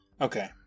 Okay